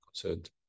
concerned